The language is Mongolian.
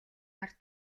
ард